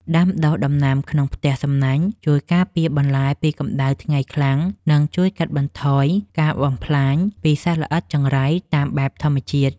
ដាំដុះដំណាំក្នុងផ្ទះសំណាញ់ជួយការពារបន្លែពីកម្ដៅថ្ងៃខ្លាំង និង ជួយកាត់បន្ថយការបំផ្លាញពីសត្វល្អិតចង្រៃតាមបែបធម្មជាតិ។